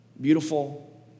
Beautiful